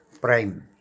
prime